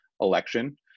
election